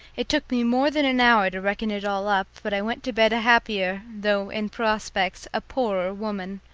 it took me more than an hour to reckon it all up, but i went to bed a happier, though in prospects a poorer woman.